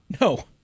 No